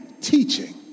teaching